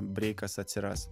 breikas atsiras